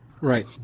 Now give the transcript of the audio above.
right